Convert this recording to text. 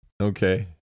Okay